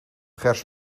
gers